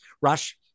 Rush